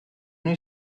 you